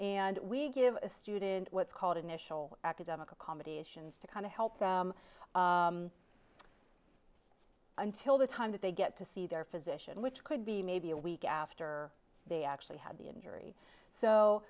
and we give a student what's called initial academic accommodations to kind of help them until the time that they get to see their physician which could be maybe a week after they actually had the injury so